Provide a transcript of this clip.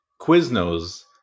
Quiznos